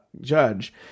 judge